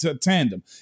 tandem